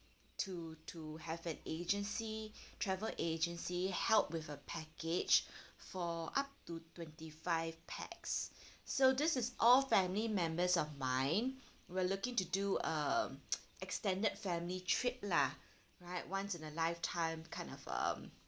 to to have an agency travel agency help with a package for up to twenty five pax so this is all family members of mine we're looking to do uh extended family trip lah right once in a lifetime kind of um